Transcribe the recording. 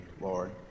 lord